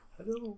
Hello